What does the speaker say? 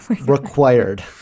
required